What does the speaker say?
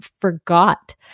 forgot